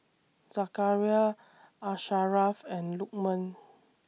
Zakaria Asharaff and Lukman